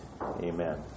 Amen